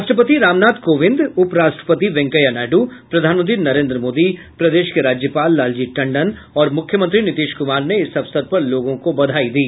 राष्ट्रपति रामनाथ कोविंद उपराष्ट्रपति वेकैंया नायडू प्रधानमंत्री नरेन्द्र मोदी प्रदेश के राज्यपाल लालजी टंडन और मुख्यमंत्री नीतीश कुमार ने इस अवसर पर लोगों को बधाई दी